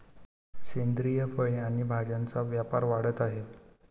सेंद्रिय फळे आणि भाज्यांचा व्यापार वाढत आहे